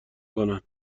کنن